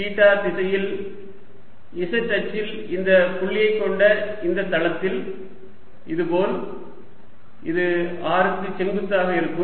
theta திசையில் z அச்சில் இந்த புள்ளியைக் கொண்ட இந்த தளத்தில் இதுபோல் இது r க்கு செங்குத்தாக இருக்கும்